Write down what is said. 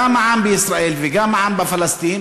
גם העם בישראל וגם העם בפלסטין,